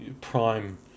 prime